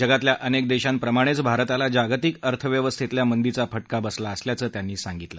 जगातल्या अनेक देशांप्रमाणेच भारताला जागतिक आर्थव्यस्थेतल्या मंदीचा फटका बसला असल्याचं त्यांनी सांगितलं